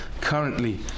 currently